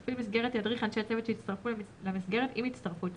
מפעיל מסגרת ידריך אנשי צוות שהצטרפו למסגרת עם הצטרפותם,